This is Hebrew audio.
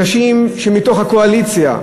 אנשים מתוך הקואליציה,